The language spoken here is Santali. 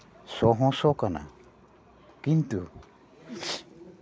ᱥᱚ ᱦᱚᱸ ᱥᱚ ᱠᱟᱱᱟ ᱠᱤᱱᱛᱩ